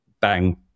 bang